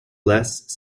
less